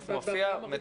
מופיע בוודאות.